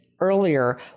earlier